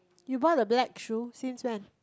you buy the black shoe since then